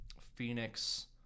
Phoenix